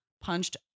punched